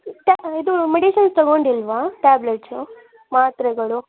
ಇದು ಮೆಡಿಸನ್ಸ್ ತೊಗೊಂಡಿಲ್ವಾ ಟ್ಯಾಬ್ಲೆಟ್ಸ್ ಮಾತ್ರೆಗಳು